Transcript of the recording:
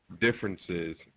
differences